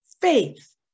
faith